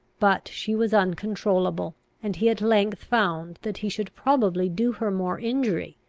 but she was uncontrollable and he at length found that he should probably do her more injury,